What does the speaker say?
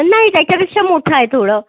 नाई त्याच्यापेक्षा मोठा आहे थोडं